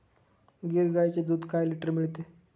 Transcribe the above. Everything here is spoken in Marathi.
गीर गाईचे दूध काय लिटर मिळते?